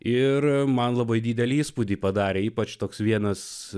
ir man labai didelį įspūdį padarė ypač toks vienas